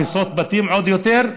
הריסות בתים עוד יותר,